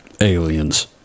Aliens